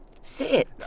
Sit